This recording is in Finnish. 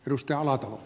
ruskeala o